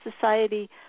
society